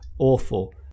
awful